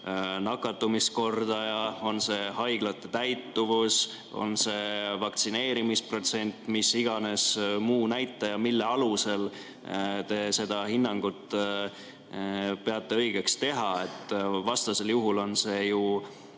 nakatumiskordaja, on see haiglate täitumus, on see vaktsineerimisprotsent või mis iganes muu näitaja, mille alusel te seda hinnangut peate õigeks teha. Vastasel juhul on see ju